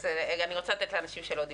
אני רוצה לתת לאנשים שלא דיברו.